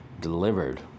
delivered